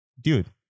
dude